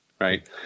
Right